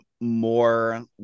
more